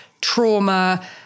trauma